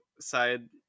side